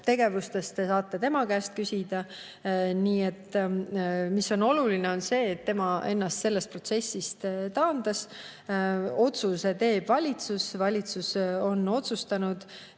tegevuse kohta te saate tema käest küsida. Nii et oluline on see, et tema ennast sellest protsessist taandas. Otsuse teeb valitsus ja valitsus on otsustanud.